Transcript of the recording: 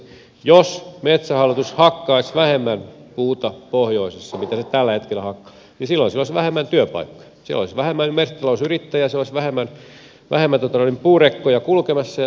jos metsähallitus hakkaisi vähemmän puuta pohjoisessa kuin mitä se tällä hetkellä hakkaa niin silloin siellä olisi vähemmän työpaikkoja siellä olisi vähemmän metsätalousyrittäjiä ja siellä olisi vähemmän puurekkoja kulkemassa ja niin edelleen